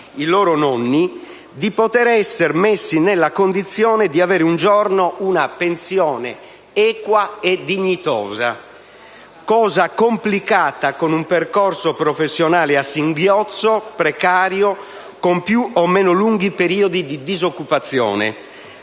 zii e nonni, di essere messi nella condizione di avere un giorno una pensione equa e dignitosa, cosa complicata con un percorso professionale a singhiozzo, precario, con più o meno lunghi periodi di disoccupazione.